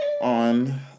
on